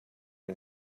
and